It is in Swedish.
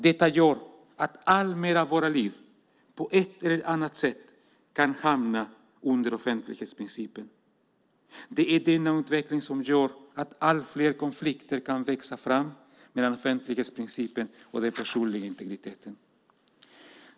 Detta gör att alltmer av våra liv, på ett eller annat sätt, kan hamna under offentlighetsprincipen. Denna utveckling gör att allt fler konflikter kan växa fram mellan offentlighetsprincipen och den personliga integriteten.